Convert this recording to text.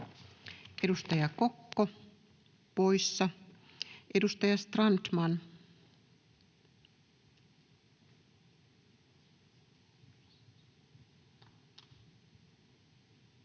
Edustaja Kokko, poissa. — Edustaja Strandman.